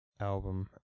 album